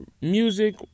music